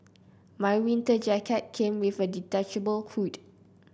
my winter jacket came with a detachable hood